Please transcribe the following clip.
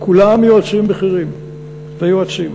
כולם יועצים בכירים ויועצים.